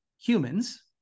humans